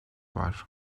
var